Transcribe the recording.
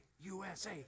USA